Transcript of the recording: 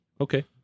Okay